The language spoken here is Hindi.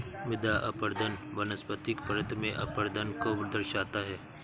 मृदा अपरदन वनस्पतिक परत में अपरदन को दर्शाता है